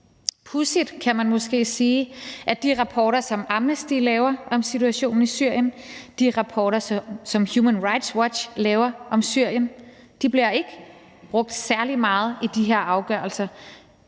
pudsigt, kan man måske sige, at de rapporter, som Amnesty laver om situationen i Syrien, og at de rapporter, som Human Rights Watch laver om Syrien, ikke bliver brugt særlig meget i de her afgørelser.